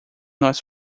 nós